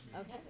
Okay